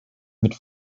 mit